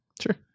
Sure